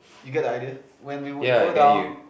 you get idea when we would go down